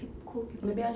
cool people